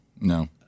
No